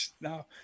No